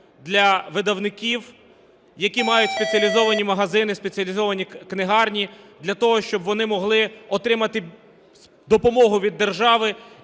для видавників, які мають спеціалізовані магазини, спеціалізовані книгарні, для того, щоб вони могли отримати допомогу від держави